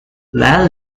val